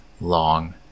long